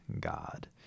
God